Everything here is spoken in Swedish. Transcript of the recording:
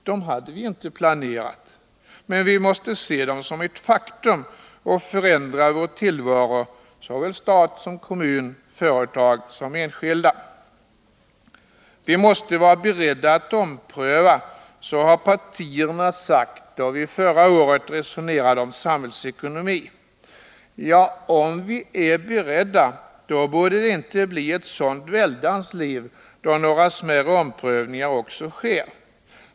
Dem hade vi inte planerat, men vi måste se dem som ett faktum och förändra vår tillvaro — såväl stat som kommun, såväl företag som enskilda. Vi måste vara beredda att ompröva — så sade partierna då vi förra året resonerade om samhällsekonomin. Ja, om vi är beredda borde det inte bli ett sådant väldigt liv när några smärre omprövningar också sker.